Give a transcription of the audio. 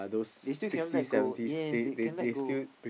they still cannot let go yes they cannot let go